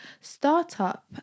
startup